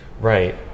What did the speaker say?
Right